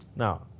Now